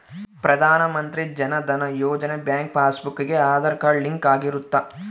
ಪ್ರಧಾನ ಮಂತ್ರಿ ಜನ ಧನ ಯೋಜನೆ ಬ್ಯಾಂಕ್ ಪಾಸ್ ಬುಕ್ ಗೆ ಆದಾರ್ ಕಾರ್ಡ್ ಲಿಂಕ್ ಆಗಿರುತ್ತ